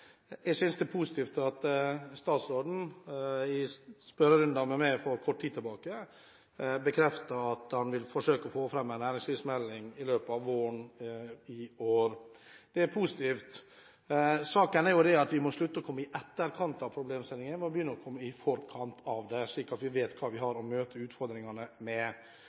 Jeg synes det er positivt at statsråden i spørrerunder med meg for kort tid siden bekreftet at han vil forsøke å få lagt fram en næringslivsmelding i løpet av denne våren – det er positivt. Saken er at vi må slutte å komme i etterkant av problemstillinger, vi må begynne å komme i forkant av dem, slik at vi vet hva vi har å møte utfordringene med.